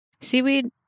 Seaweed